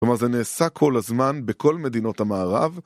כלומר זה נעשה כל הזמן בכל מדינות המערב